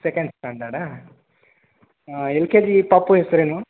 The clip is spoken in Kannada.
ಸೆಕೆಂಡ್ ಸ್ಟ್ಯಾಂಡರ್ಡಾ ಎಲ್ ಕೆ ಜಿ ಪಾಪು ಹೆಸರೇನು